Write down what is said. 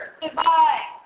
goodbye